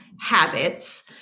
habits